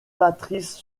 matrices